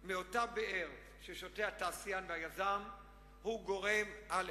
שותה ממנה, מאותה באר שהתעשיין והיזם שותים ממנה.